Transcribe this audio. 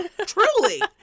Truly